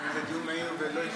זה דיון מהיר, ולא הספקתי,